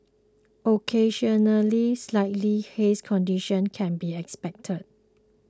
occasionally slightly hazy conditions can be expected